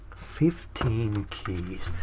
fifteen keys.